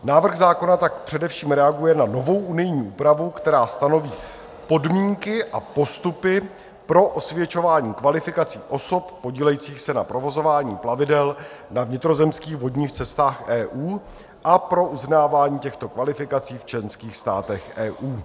Návrh zákona tak především reaguje na novou unijní úpravu, která stanoví podmínky a postupy pro osvědčování kvalifikací osob podílejících se na provozování plavidel na vnitrozemských vodních cestách v EU a pro uznávání těchto kvalifikací v členských státech EU.